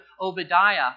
Obadiah